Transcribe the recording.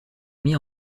mis